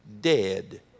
dead